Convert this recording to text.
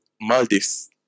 Maldives